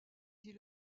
dit